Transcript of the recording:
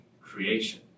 creation